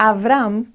Avram